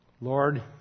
Lord